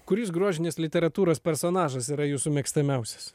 kuris grožinės literatūros personažas yra jūsų mėgstamiausias